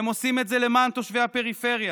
הם עושים את זה למען תושבי הפריפריה.